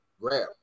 grab